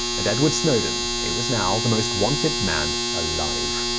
and edward snowden was now the most wanted man alive.